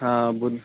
हाँ बुद्ध